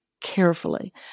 carefully